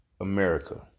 America